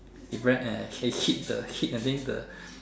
he ran and he hit the hit I think the